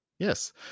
Yes